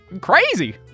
Crazy